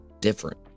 different